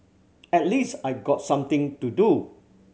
at least I got something to do